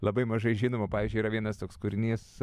labai mažai žinoma pavyzdžiui yra vienas toks kūrinys